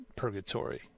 Purgatory